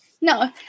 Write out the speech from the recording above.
No